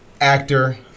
actor